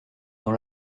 dans